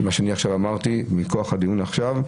מה שעכשיו אמרתי, מכוח הדיון עכשיו,